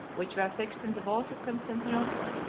which were fixed in the walls of constantinople,